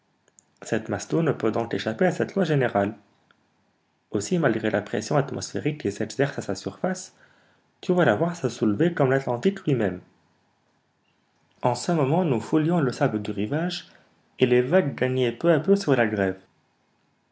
cette masse d'eau ne peut donc échapper à cette loi générale aussi malgré la pression atmosphérique qui s'exerce à sa surface tu vas la voir se soulever comme l'atlantique lui-même en ce moment nous foulions le sable du rivage et les vagues gagnaient peu à peu sur la grève